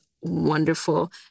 wonderful